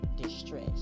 distress